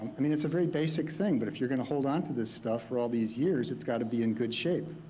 i mean it's a very basic thing, but if you're gonna hold onto this stuff for all these years, it's gotta be in good shape.